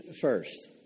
first